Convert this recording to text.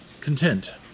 Content